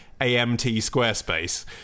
AMTSquarespace